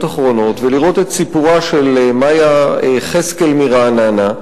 אחרונות" ולראות את סיפורה של מיה חזקאל מרעננה,